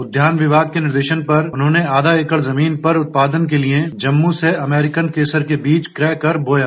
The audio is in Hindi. उद्यान विभाग के निर्देशन पर उन्होंने आधा एकड़ जमीन पर उत्पादन के लिए जम्मू से अमेरिकन केसर के बीज क्रय कर बोया